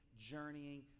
journeying